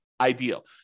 ideal